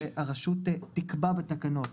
שהרשות תקבע בתקנות